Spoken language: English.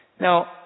Now